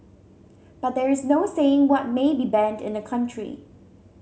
but there is no saying what may be banned in a country